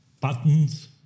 buttons